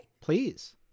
Please